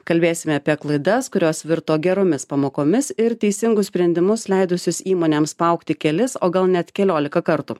kalbėsime apie klaidas kurios virto geromis pamokomis ir teisingus sprendimus leidusius įmonėms paaugti kelis o gal net keliolika kartų